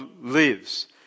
lives